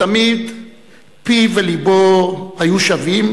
תמיד פיו ולבו היו שווים,